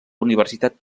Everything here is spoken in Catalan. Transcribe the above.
universitat